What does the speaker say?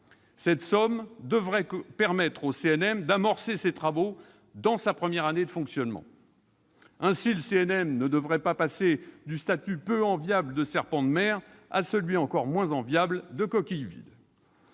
Cette somme devrait permettre au CNM d'amorcer ses travaux lors de sa première année de fonctionnement. Ainsi, le CNM ne devrait pas passer du statut peu enviable de serpent de mer à celui, encore moins enviable, de coquille vide